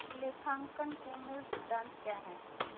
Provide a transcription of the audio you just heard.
लेखांकन के मूल सिद्धांत क्या हैं?